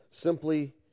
simply